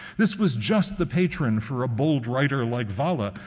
this was just the patron for a bold writer like valla,